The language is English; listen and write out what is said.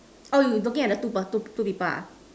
oh you you looking at the two two people ah